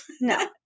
No